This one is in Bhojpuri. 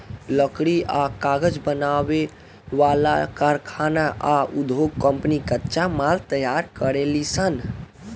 लकड़ी आ कागज बनावे वाला कारखाना आ उधोग कम्पनी कच्चा माल तैयार करेलीसन